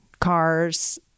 cars